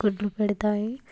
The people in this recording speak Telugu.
గుడ్లు పెడతాయి